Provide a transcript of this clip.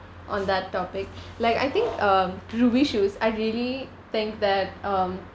on that topic like I think um Rubi shoes I really think that um